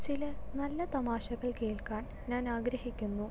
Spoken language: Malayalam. ചില നല്ല തമാശകൾ കേൾക്കാൻ ഞാൻ ആഗ്രഹിക്കുന്നു